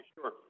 sure